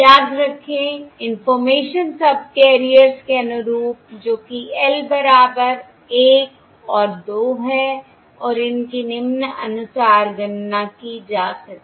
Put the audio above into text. याद रखें information subcarriers के अनुरूप जो कि l बराबर 1 और 2 है और इनकी निम्नानुसार गणना की जा सकती है